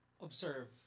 observe